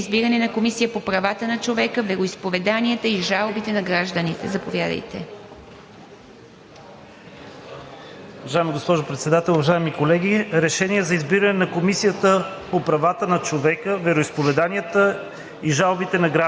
Проект на решение за избиране на Комисия по правата на човека, вероизповеданията и жалбите на гражданите. Заповядайте.